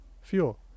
fuel